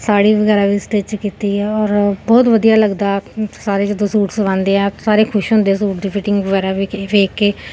ਸਾੜੀ ਵਗੈਰਾ ਵੀ ਸਟਿੱਚ ਕੀਤੀ ਹੈ ਔਰ ਬਹੁਤ ਵਧੀਆ ਲੱਗਦਾ ਸਾਰੇ ਜਦੋਂ ਸੂਟ ਸਵਾਂਦੇ ਆ ਸਾਰੇ ਖੁਸ਼ ਹੁੰਦੇ ਸੂਟ ਦੀ ਫਿਟਿੰਗ ਵਗੈਰਾ ਵੀ ਕੇ ਵੇਖ ਕੇ